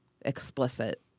explicit